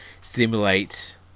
simulate